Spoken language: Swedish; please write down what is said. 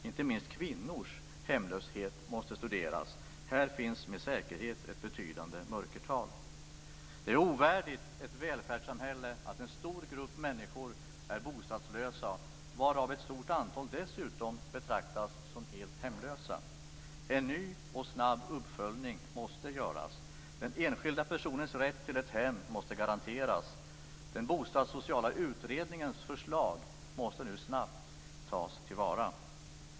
Inte minst kvinnors hemlöshet måste studeras. Här finns med säkerhet ett betydande mörkertal. Det är ovärdigt ett välfärdssamhälle att en stor grupp människor är bostadslösa, varav ett stort antal dessutom betraktas som helt hemlösa. En ny och snabb uppföljning måste göras. Den enskilda personens rätt till ett hem måste garanteras. Den bostadssociala utredningens förslag måste snabbt tas till vara.